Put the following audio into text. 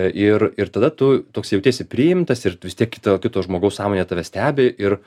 ir ir tada tu toks jautiesi priimtas ir vis tiek kito kito žmogaus sąmonė tave stebi ir